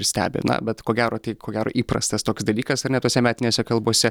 ir stebi na bet ko gero tai ko gero įprastas toks dalykas ar ne tose metinėse kalbose